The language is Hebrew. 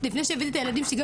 לפני שהבאתי את הילדים שלי,